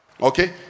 Okay